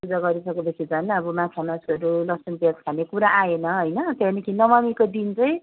पूजा गरिसकेपछि झन् अब माछामासुहरू लसुन प्याज खाने कुरा आएन होइन त्यहाँदेखि नवमीको दिन चाहिँ